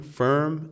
firm